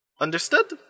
Understood